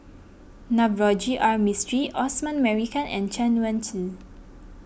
Navroji R Mistri Osman Merican and Chen Wen Hsi